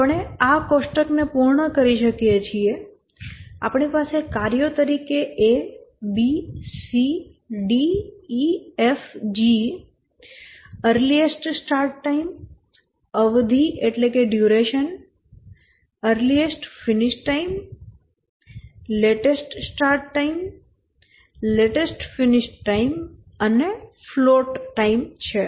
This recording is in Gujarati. આપણે આ કોષ્ટકને પૂર્ણ કરી શકીએ છીએ આપણી પાસે કાર્યો તરીકે A B C D E F G earliest start time અવધિ earliest finish time latest start time latest finish time અને ફ્લોટ ટાઇમ છે